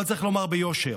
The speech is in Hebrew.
אבל צריך לומר ביושר